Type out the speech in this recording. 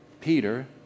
Peter